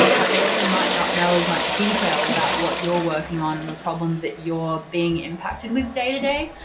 but they also might not know as much detail about what you're working on and the problems that you're being impacted with day-to-day.